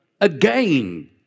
again